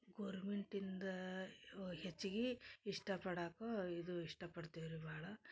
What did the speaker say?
ಗೋರ್ಮೆಂಟಿಂದ ಹೆಚ್ಗೀ ಇಷ್ಟಪಡಾಕ್ಕ ಇದು ಇಷ್ಟಪಡ್ತೇವ್ರಿ ಭಾಳ